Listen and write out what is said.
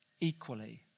equally